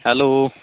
hello